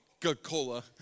Coca-Cola